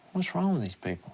what's wrong with these people?